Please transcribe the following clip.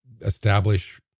establish